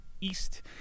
east